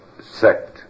sect